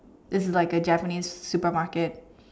this is like a Japanese supermarket